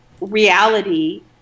reality